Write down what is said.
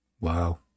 Wow